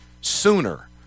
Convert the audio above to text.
sooner